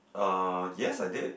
uh yes I did